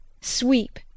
sweep